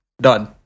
done